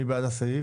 מי בעד הסעיף?